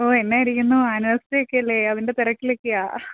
ഓ എന്നായിരിക്കുന്നു ആനിവേഴ്സറിയൊക്കെ അല്ലെ അതിൻ്റെ തിരക്കിലൊക്കെയാണ്